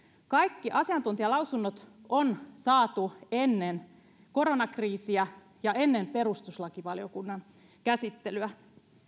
kaikki asiantuntijalausunnot on saatu ennen koronakriisiä ja ennen perustuslakivaliokunnan käsittelyä